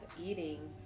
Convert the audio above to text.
eating